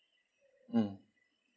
mm